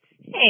Hey